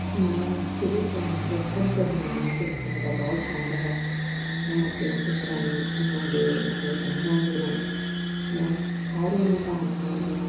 ਮੈਨੂੰ ਸ਼ੁਰੂ ਤੋਂ ਬਚਪਨ ਤੋਂ ਹੀ ਮੈਨੂੰ ਪੇਂਟਿੰਗ ਦਾ ਬਹੁਤ ਸ਼ੌਂਕ ਹੈ ਮੈਂ ਪੇਂਟਿੰਗ ਰਾਹੀਂ ਉਹਨਾਂ ਦੇ ਮਤਲਬ ਰੰਗਾਂ ਦੇ ਰਾਹੀਂ ਮੈਂ ਸਾਰਿਆਂ ਦੀਆਂ ਭਾਵਨਾਵਾਂ ਨੂੰ